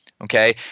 okay